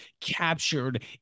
captured